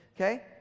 okay